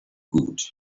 good